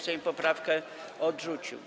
Sejm poprawkę odrzucił.